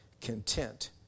Content